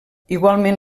igualment